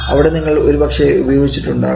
അവിടെ നിങ്ങൾ ഒരുപക്ഷേ ഉപയോഗിച്ചിട്ടുണ്ടാകാം